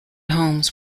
homes